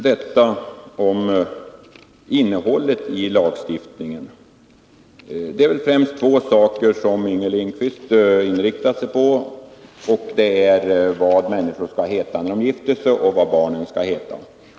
Beträffande innehållet i lagstiftningen är det väl främst två saker som Inger Lindquist inriktar sig på: vad människor skall heta när de gifter sig och vad barnen skall heta.